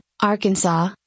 Arkansas